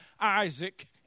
Isaac